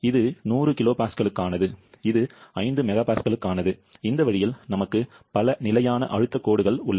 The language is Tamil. இது 100 kPa க்கானது இது 5 MPa க்கானது இந்த வழியில் நமக்கு பல நிலையான அழுத்த கோடுகள் உள்ளன